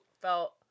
felt